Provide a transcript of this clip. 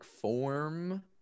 form